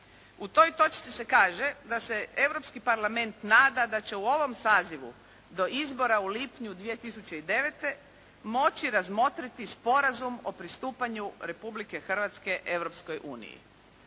U toj točci se kaže da se Europski parlament nada da će u ovom sazivu do izbora u lipnju 2009. moći razmotriti sporazum o pristupanju Republike Hrvatske Europskoj uniji.